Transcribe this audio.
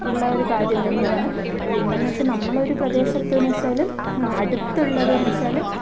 ഉള്ള ഒരു കാര്യം തന്നെയാണ് പിന്നെയെന്നുവെച്ചാൽ നമ്മളൊരു പ്രദേശത്തു നിന്ന് വെച്ചാൽ അടുത്തുള്ളതെന്നു വെച്ചാൽ